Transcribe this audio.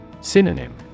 Synonym